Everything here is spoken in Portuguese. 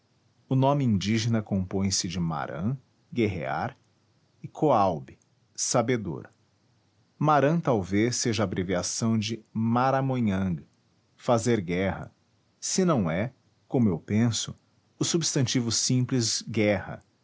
o nome indígena compõe-se de maran guerrear e coaub sabedor maran talvez seja abreviação de maramonhang fazer guerra se não é como eu penso o substantivo simples guerra